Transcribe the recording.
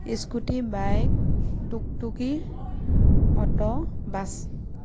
scooty bike টুকটুকি auto bus